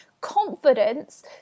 confidence